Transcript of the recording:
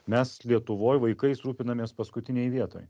mes lietuvoj vaikais rūpinamės paskutinėj vietoj